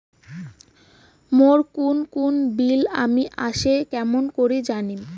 মোর কুন কুন বিল বাকি আসে কেমন করি জানিম?